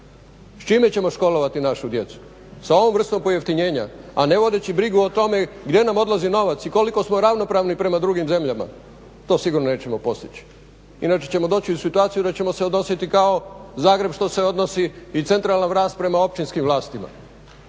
S čime ćemo školovati našu djecu? Sa ovom vrstom pojeftinjenja, a ne vodeći brigu o tome gdje nam odlazi novac i koliko smo ravnopravni prema drugim zemljama, to sigurno nećemo postići. Inače ćemo doći u situaciju da ćemo se odnositi kao Zagreb što se odnosi i Centralna vlast prema Općinskim vlastima.